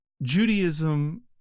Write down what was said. Judaism